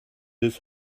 his